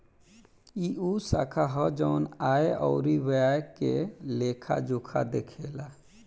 ई उ शाखा ह जवन आय अउरी व्यय के लेखा जोखा देखेला